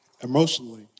emotionally